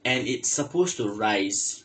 and it's supposed to rise